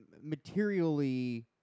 materially